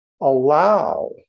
allow